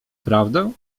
prawdę